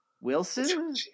Wilson